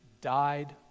died